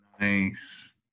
Nice